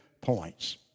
points